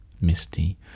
Misty